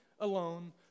Alone